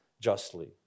justly